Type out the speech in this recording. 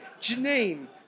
Janine